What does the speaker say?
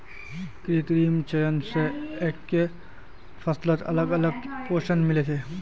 कृत्रिम चयन स एकके फसलत अलग अलग पोषण मिल छे